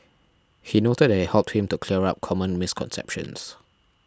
he noted that it helped him to clear up common misconceptions